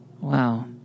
Wow